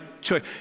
choice